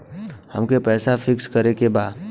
अमके पैसा फिक्स करे के बा?